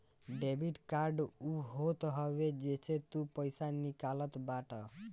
debit card उ होत हवे जेसे तू पईसा निकालत बाटअ